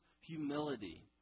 humility